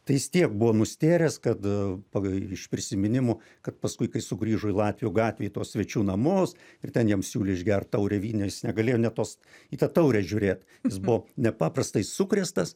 tai jis tiek buvo nustėręs kad pagal iš prisiminimų kad paskui kai sugrįžo į latvių gatvę į tuos svečių namus ir ten jam siūlė išgert taurę vyno jis negalėjo net tos į tą taurę žiūrėt jis buvo nepaprastai sukrėstas